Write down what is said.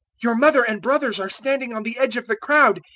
your mother and brothers are standing on the edge of the crowd,